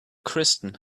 kristen